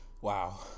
Wow